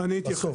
אני אתייחס.